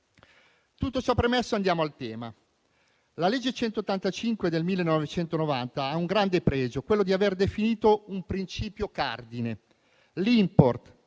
Tutto ciò premesso, andiamo al tema. La legge n. 185 del 1990 ha un grande pregio, quello di aver definito un principio cardine: l'*import*,